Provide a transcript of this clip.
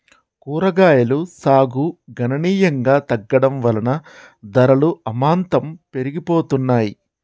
కూరగాయలు సాగు గణనీయంగా తగ్గడం వలన ధరలు అమాంతం పెరిగిపోతున్నాయి